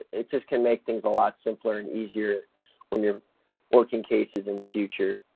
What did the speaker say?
it just can make things a lot simpler and easier when you're working cases in the future.